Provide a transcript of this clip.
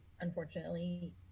unfortunately